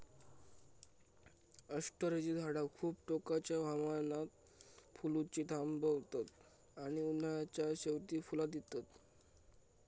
अष्टरची झाडा खूप टोकाच्या हवामानात फुलुची थांबतत आणि उन्हाळ्याच्या शेवटी फुला दितत